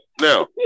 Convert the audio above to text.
Now